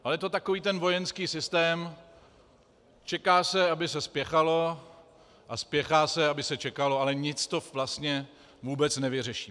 Je to takový ten vojenský systém čeká se, aby se spěchalo, a spěchá se, aby se čekalo, ale nic to vlastně vůbec nevyřeší.